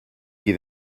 qui